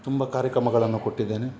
ತುಂಬ ಕಾರ್ಯಕ್ರಮಗಳನ್ನು ಕೊಟ್ಟಿದ್ದೇನೆ